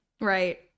Right